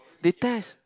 they test